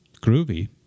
groovy